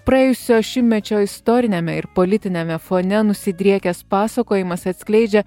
praėjusio šimtmečio istoriniame ir politiniame fone nusidriekęs pasakojimas atskleidžia